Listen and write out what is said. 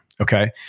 Okay